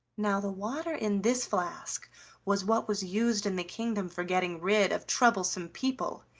now the water in this flask was what was used in the kingdom for getting rid of troublesome people.